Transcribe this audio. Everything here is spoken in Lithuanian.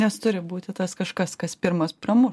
nes turi būti tas kažkas kas pirmas pramuš